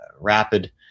rapid